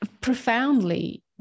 profoundly